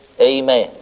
Amen